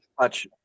touch